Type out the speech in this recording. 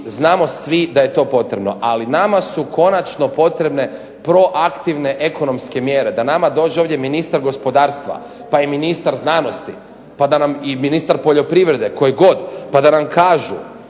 znamo svi da je to potrebno. Ali nama su konačno potrebne proaktivne ekonomske mjere da nama dođe ovdje ministar gospodarstva, pa i ministar znanosti i ministar poljoprivrede koji god, pa da nam kažu